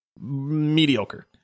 mediocre